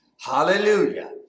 Hallelujah